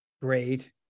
Great